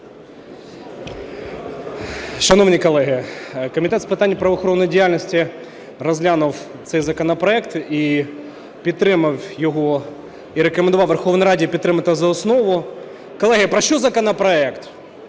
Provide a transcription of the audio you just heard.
Шановні колеги! Комітет з питань правоохоронної діяльності розглянув цей законопроект і рекомендував Верховній Раді підтримати його за основу. Колеги, про що законопроект?